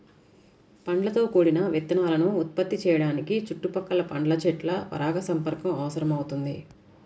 పండ్లతో కూడిన విత్తనాలను ఉత్పత్తి చేయడానికి చుట్టుపక్కల పండ్ల చెట్ల పరాగసంపర్కం అవసరమవుతుంది